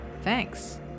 thanks